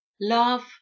Love